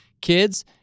kids